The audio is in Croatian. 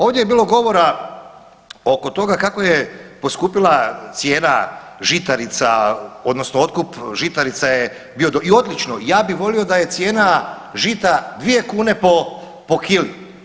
Ovdje je bilo govora oko toga kako je poskupjela cijena žitarica odnosno otkup žitarica je bio i odlično, ja bih volio da je cijena žita 2 kune po kili.